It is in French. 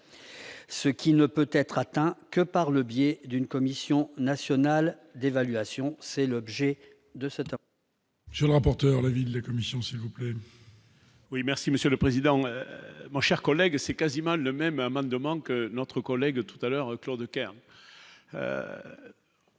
ce qui ne peut être atteint que par le biais d'une commission nationale d'évaluation, c'est l'objet de cette. Je rapporteur de l'avis de la commission s'il vous plaît. Oui, merci Monsieur le Président, moins chers collègues, c'est quasiment le même amendement que notre collègue tout à l'heure Claude.